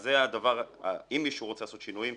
אז אם מישהו רוצה לעשות שינויים,